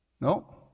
No